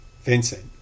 Vincent